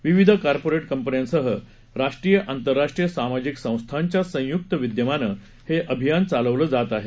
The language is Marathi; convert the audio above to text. विविध कॉरपोरेट कंपन्यांसह राष्ट्रीय आंतरराष्ट्रीय सामाजिक संस्थांच्या संयुक्त विद्यमानं हे अभियान चालवलं जात आहे